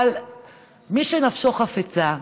אבל מי שנפשו חפצה,